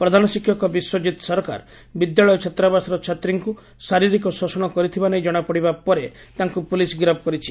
ପ୍ରଧାନ ଶିକ୍ଷକ ବିଶ୍ୱଜିତ୍ ସରକାର ବିଦ୍ୟାଳୟ ଛାତ୍ରାବାସର ଛାତ୍ରୀଙ୍କୁ ଶାରୀରିକ ଶୋଷଣ କରିଥିବାନେଇ ଜଶାପଡ଼ିବା ପରେ ତାଙ୍କୁ ପୁଲିସ୍ ଗିରଫ କରିଛି